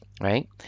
right